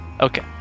Okay